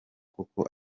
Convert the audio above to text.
koko